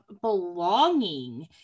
belonging